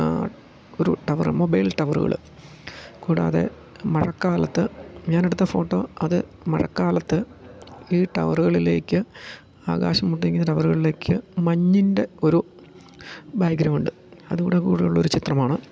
ഒരു tower mobile ടവറുകൾ കൂടാതെ മഴക്കാലത്ത് ഞാൻ എടുത്ത ഫോട്ടോ അത് മഴക്കാലത്ത് ഈ ടവറുകളിലേക്ക് ആകാശം മുട്ടിനിക്കുന്ന ടവറുകളിലേക്ക് മഞ്ഞിൻ്റെ ഒരു ബാഗ്രൌണ്ട് അതൂടെ കൂടൊള്ളൊരു ചിത്രമാണ്